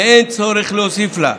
ואין צורך להוסיף לה.